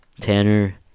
tanner